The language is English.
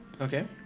Okay